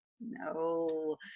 No